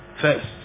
First